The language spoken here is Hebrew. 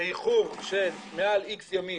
שאיחור של מעל X ימים